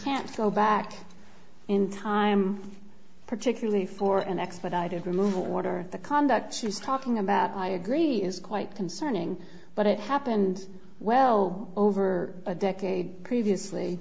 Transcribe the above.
can't go back in time particularly for an expedited removal order the conduct she was talking about i agree is quite concerning but it happened well over a decade previously